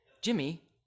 Jimmy